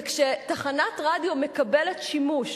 וכשתחנת רדיו מקבלת זכות שימוש